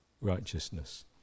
righteousness